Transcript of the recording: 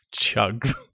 Chugs